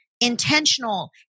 intentional